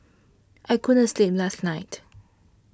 I couldn't sleep last night